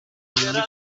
مدیرعامل